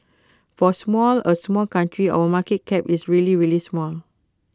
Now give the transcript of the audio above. for small A small country our market cap is really really small